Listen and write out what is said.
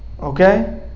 Okay